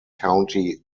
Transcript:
county